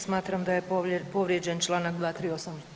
Smatram da je povrijeđen čl. 238.